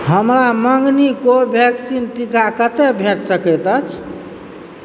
हमरा मँगनी कोभेक्सिन टीका कतय भेट सकैत अछि